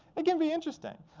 it can be interesting.